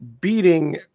beating